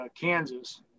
Kansas